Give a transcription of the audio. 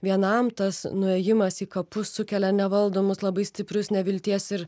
vienam tas nuėjimas į kapus sukelia nevaldomus labai stiprius nevilties ir